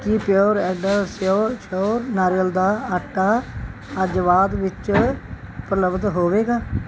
Ki pure and sure ਨਾਰੀਅਲ ਦਾ ਆਟਾ ਅੱਜ ਬਾਅਦ ਵਿੱਚ ਉਪਲੱਬਧ ਹੋਵੇਗਾ